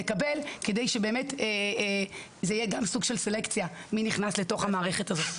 לקבל כדי שזה יהיה גם סוג של סלקציה מי נכנס לתוך המערכת הזאת.